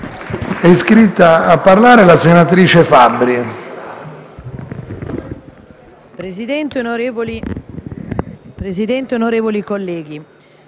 Presidente, onorevoli colleghi,